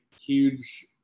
huge